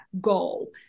goal